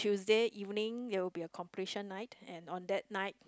Tuesday evening it'll be a completion night and on that night